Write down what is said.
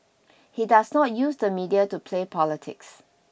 he does not use the media to play politics